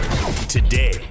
Today